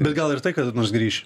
bet gal ir tai kada nors grįš